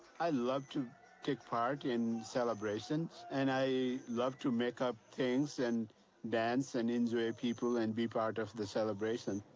i love to take part in celebrations and i love to make up things and dance and enjoy people and be part of the celebration.